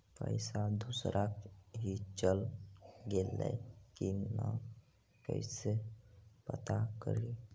पैसा दुसरा ही चल गेलै की न कैसे पता करि?